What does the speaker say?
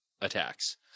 attacks